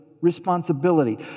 responsibility